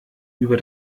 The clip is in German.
über